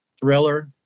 Thriller